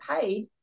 paid